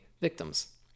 victims